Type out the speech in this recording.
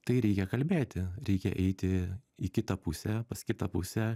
tai reikia kalbėti reikia eiti į kitą pusę pas kitą pusę